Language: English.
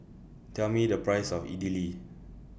Tell Me The Price of Idili